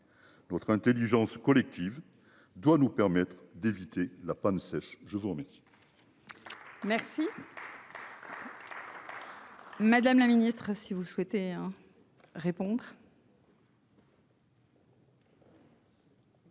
Notre Intelligence collective doit nous permettre d'éviter la panne sèche. Je vous remercie.